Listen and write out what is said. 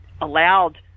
allowed